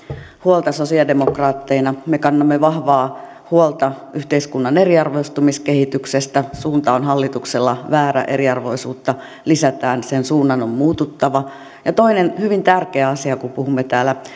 huolta sosiaalidemokraatteina me kannamme vahvaa huolta yhteiskunnan eriarvoistumiskehityksestä suunta on hallituksella väärä eriarvoisuutta lisätään sen suunnan on muututtava toinen hyvin tärkeä asia kun puhumme täällä